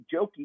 jokey